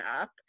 up